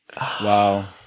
Wow